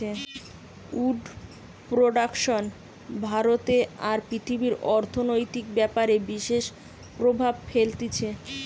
would production ভারতে আর পৃথিবীর অর্থনৈতিক ব্যাপারে বিশেষ প্রভাব ফেলতিছে